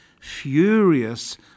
furious